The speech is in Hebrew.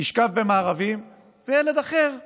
ישכב במארבים, וילד אחר שלא,